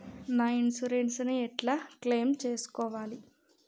నా ఇన్సూరెన్స్ ని ఎట్ల క్లెయిమ్ చేస్కోవాలి?